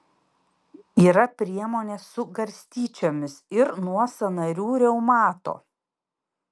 yra priemonė su garstyčiomis ir nuo sąnarių reumato